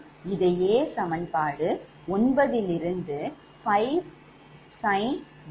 இதையே சமன்பாடு ஒன்பதிலிருந்து 5sin𝛿23−0